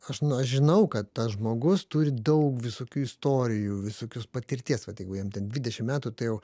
aš nu aš žinau kad tas žmogus turi daug visokių istorijų visokios patirties vat jeigu jam ten dvidešim metų tai jau